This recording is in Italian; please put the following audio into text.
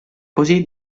così